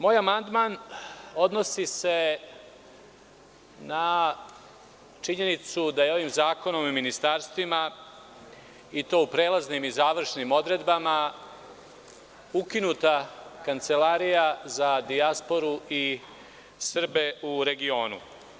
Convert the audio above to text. Moj amandman se odnosi na činjenicu da je ovim zakonom o ministarstvima, i to u prelaznim i završnim odredbama, ukinuta Kancelarija za dijasporu i Srbe i regionu.